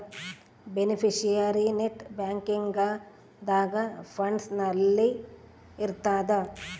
beneficiary net banking ದಾಗ funds ಅಲ್ಲಿ ಇರ್ತದ